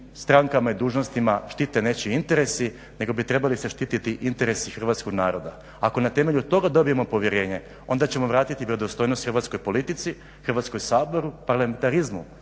strankama i dužnostima štite nečiji interesi, nego bi trebali se štiti interesi hrvatskog naroda. Ako na temelju toga dobijemo povjerenje, onda ćemo vratiti vjerodostojnost hrvatskoj politici, Hrvatskom saboru, parlamentarizmu